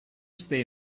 say